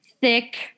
thick